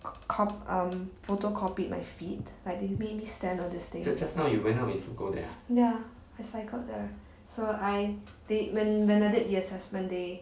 um photocopied my feet like made me stand on this thing ya I cycled there so I they when when I did the assessment they